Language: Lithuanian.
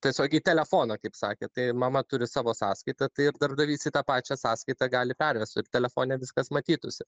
tiesiog į telefoną kaip sakė tai mama turi savo sąskaita tai ir darbdavys į tą pačią sąskaitą gali pervest ir telefone viskas matytųsi